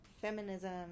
feminism